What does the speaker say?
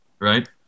right